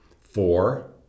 Four